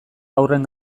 haurren